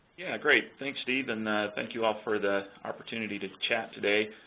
yeah great, thanks steve, and thank you all for the opportunity to chat today.